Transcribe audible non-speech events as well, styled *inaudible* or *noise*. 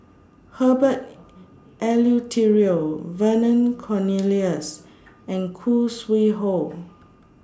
*noise* Herbert Eleuterio Vernon Cornelius and Khoo Sui Hoe